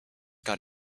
got